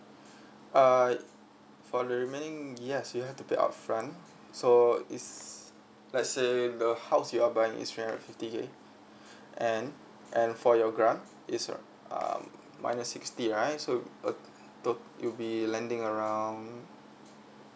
uh for the remaining yes you have to pay upfront so is let say the house you're buying is three hundred fifty K and and for your grant it's uh um minus sixty right so a total you'll be landing around